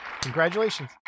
Congratulations